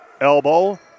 Elbow